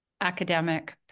academic